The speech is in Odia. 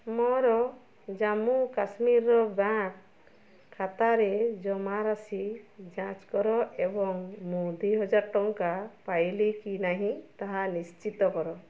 ମୋର ଜାମ୍ମୁ କାଶ୍ମୀର ବ୍ୟାଙ୍କ୍ ଖାତାର ଜମାରାଶି ଯାଞ୍ଚ କର ଏବଂ ମୁଁ ଦୁଇହଜାର ଟଙ୍କା ପାଇଲି କି ନାହିଁ ତାହା ନିଶ୍ଚିତ କର